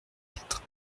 quatre